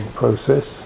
process